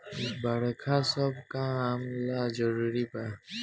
बरखा सब काम ला जरुरी बा